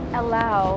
allow